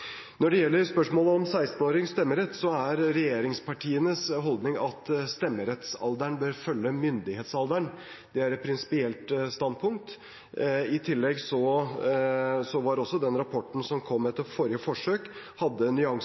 Når det gjelder spørsmålet om 16-åringers stemmerett, er regjeringspartienes holdning at stemmerettsalderen bør følge myndighetsalderen. Det er et prinsipielt standpunkt. I tillegg hadde også den rapporten som kom etter forrige forsøk,